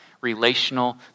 relational